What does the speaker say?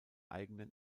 eigenen